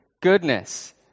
goodness